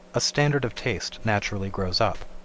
a standard of taste naturally grows up.